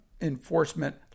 enforcement